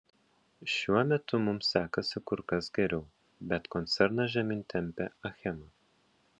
šiuo metu mums sekasi kur kas geriau bet koncerną žemyn tempia achema